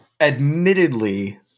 admittedly